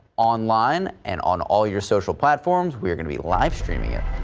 online and on all your social platforms we're going to be live streaming it.